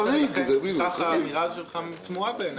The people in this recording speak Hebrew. האמירה שלך תמוהה בעיני.